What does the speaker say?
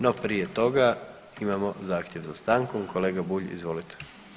No prije toga imamo zahtjev za stankom, kolega Bulj izvolite.